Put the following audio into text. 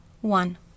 One